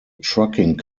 trucking